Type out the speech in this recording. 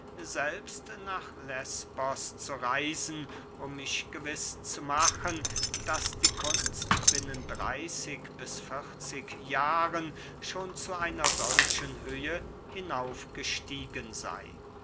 selbst nach lesbos zu reisen um mich gewiß zu machen daß die kunst binnen dreyßig bis vierzig jahren schon zu einer solchen höhe hinauf gestiegen sey